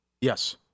Yes